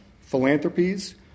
philanthropies